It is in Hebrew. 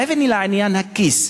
מעבר לעניין הכיס,